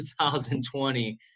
2020